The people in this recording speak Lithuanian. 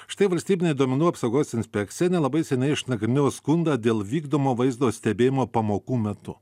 štai valstybinė duomenų apsaugos inspekcija nelabai seniai išnagrinėjo skundą dėl vykdomo vaizdo stebėjimo pamokų metu